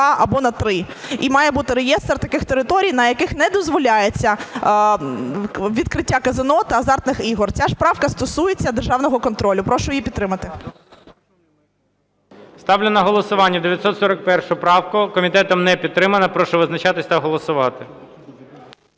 або на 3. І має бути реєстр таких територій, на яких не дозволяється відкриття казино та азартних ігор. Ця правка стосується державного контролю. Прошу її підтримати. ГОЛОВУЮЧИЙ. Ставлю на голосування 941 правку, комітетом не підтримана. Прошу визначатись та голосувати.